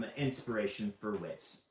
inspiration for wit.